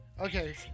Okay